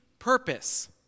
purpose